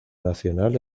nacional